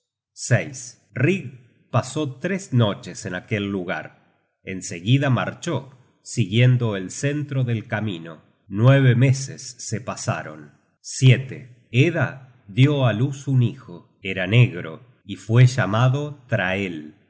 rig pasó tres noches en aquel lugar en seguida marchó siguiendo el centro del camino nueve meses se pasaron edda dió á luz un hijo era negro y fue llamado trael